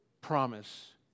promise